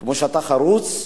כמו שאתה חרוץ,